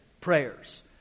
prayers